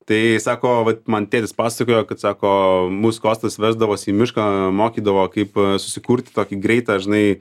tai sako vat man tėtis pasakojo kad sako mus kostas vesdavosi į mišką mokydavo kaip susikurti tokį greitą žinai